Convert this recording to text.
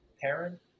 parent